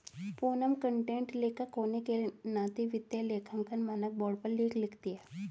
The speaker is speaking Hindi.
पूनम कंटेंट लेखक होने के नाते वित्तीय लेखांकन मानक बोर्ड पर लेख लिखती है